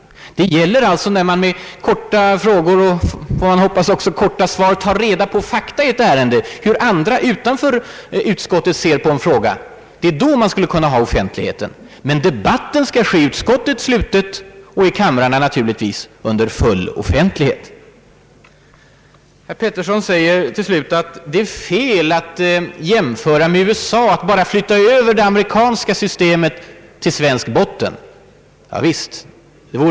Det är däremot när man med korta frågor och, får man hoppas, korta svar tar reda på fakta i ett ärende genom en utfrågning, tar reda på hur andra människor utanför utskottet ser på en fråga, som man skulle kunna ha offentlighet. Debatten i utskottet skall alltså vara sluten medan debatten i kamrarna naturligtvis skall försiggå under full offentlighet som nu. Herr Pettersson säger till slut att det är fel att göra jämförelser med USA, att bara flytta över det amerikanska systemet till svensk botten. Javisst vore det fel.